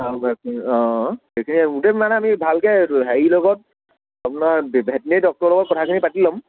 অ গোটেই মানে হেৰি আমি ভালকৈ হেৰি লগত আপোনাৰ ভেটেনাৰী ডক্টৰৰ লগত কথাখিনি পাতি ল'ম